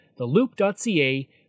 TheLoop.ca